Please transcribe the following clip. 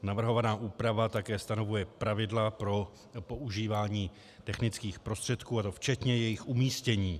Navrhovaná úprava také stanovuje pravidla pro používání technických prostředků, a to včetně jejich umístění.